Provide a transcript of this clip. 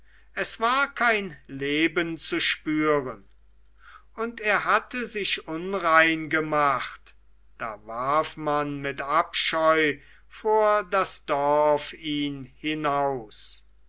es war kein leben zu spüren und er hatte sich unrein gemacht da warf man mit abscheu vor das dorf ihn hinaus